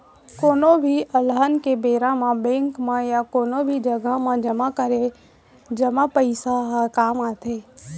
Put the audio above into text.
कोनो भी अलहन के बेरा म बेंक म या कोनो भी जघा म जमा करे जमा पइसा ह काम आथे